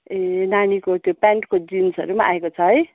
ए नानीको त्यो प्यान्टको जिन्सहरू आएको छ है